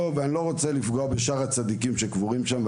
אני לא רוצה לפגוע בשאר הצדיקים שקבורים שם,